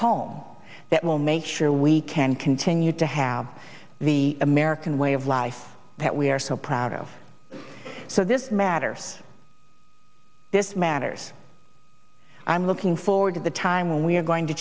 home that will make sure we can continue to have the american way of life that we are so proud of so this matters this matters i'm looking forward to the time we're going to